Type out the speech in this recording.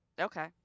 Okay